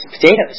potatoes